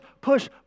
push